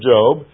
Job